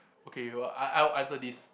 okay you'll I I'll answer this